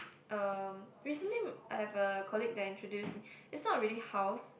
um recently I have a colleague that introduced me it's not really house